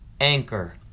anchor